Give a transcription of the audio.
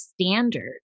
standard